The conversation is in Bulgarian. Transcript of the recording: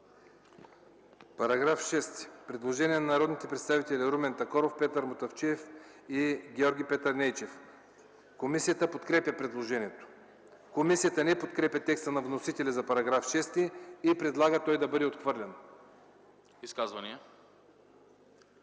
По § 6 има предложение на народните представители Румен Такоров, Петър Мутафчиев и Георги Петърнейчев. Комисията подкрепя предложението. Комисията не подкрепя текста на вносителя за § 6 и предлага той да бъде отхвърлен. ПРЕДСЕДАТЕЛ